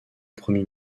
premier